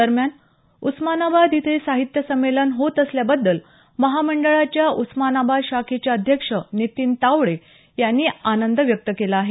दरम्यान उस्मानाबाद इथं हे साहित्य सम्मेलन होत असल्याबद्दल महामंडळाच्या उस्मानाबाद शाखेचे अध्यक्ष नितीन तावडे यांनी आनंद व्यक्त केला आहे